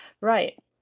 Right